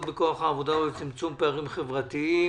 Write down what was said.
בכוח העבודה ולצמצום פערים חברתיים.